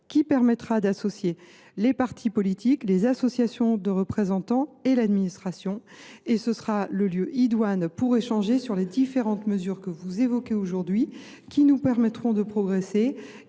Cela permettra d’associer les partis politiques, les associations de représentants et l’administration. Ce sera le lieu adéquat pour échanger sur les différentes mesures que vous évoquez aujourd’hui, afin de progresser.